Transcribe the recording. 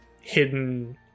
hidden